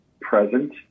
present